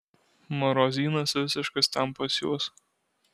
marozynas visiškas ten pas juos